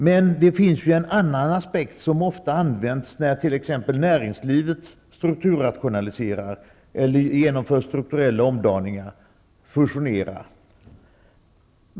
Men det finns en annan aspekt som ofta används när t.ex. näringslivet strukturrationaliserar eller genomför strukturella omdaningar och fusioneringar.